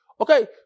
Okay